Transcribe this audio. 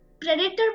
predator